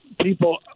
people